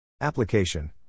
Application